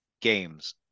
games